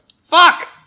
Fuck